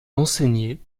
enseigner